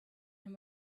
and